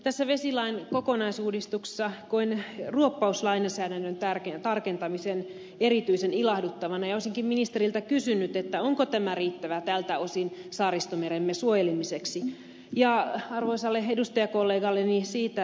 tässä vesilain kokonaisuudistuksessa koen ruoppauslainsäädännön tarkentamisen erityisen ilahduttavana ja olisinkin ministeriltä kysynyt onko tämä riittävä tältä osin saaristomeremme suojelemiseksin ja osa lehdistöä kollegalleni suojelemiseksi